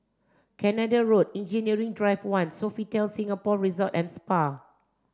Canada Road Engineering Drive one Sofitel Singapore Resort and Spa